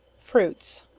fruits.